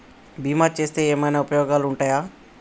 బీమా చేస్తే ఏమన్నా ఉపయోగాలు ఉంటయా?